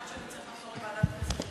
יכול להיות שאני אצטרך לחזור לוועדת הכנסת,